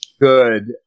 good